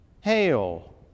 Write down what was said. Hail